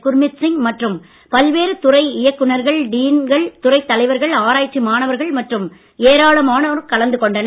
குர்மித் சிங் மற்றும் பல்வேறு துறை இயக்குனர்கள் டீன்கள் துறைத் தலைவர்கள் ஆராய்ச்சி மாணவர்கள் மற்றும் ஏராளமானோர் கலந்து கொண்டனர்